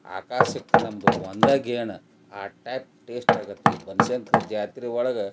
ಆಕಾಶಕ್ಕೆ ನಮ್ದು ಒಂದು ಗೇಣು ಆ ಟೈಪ್ ಟೇಸ್ಟ್ ಆಗುತ್ತೆ ಈ ಬನಶಂಕರಿ ಜಾತ್ರೆ ಒಳಗೆ